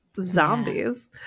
zombies